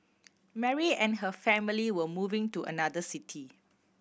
Mary and her family were moving to another city